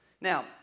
Now